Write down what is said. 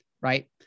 Right